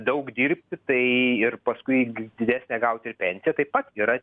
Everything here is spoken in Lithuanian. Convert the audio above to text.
daug dirbti tai ir paskui didesnę gauti ir pensiją taip pat yra